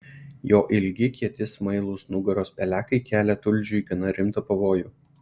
jo ilgi kieti smailūs nugaros pelekai kelia tulžiui gana rimtą pavojų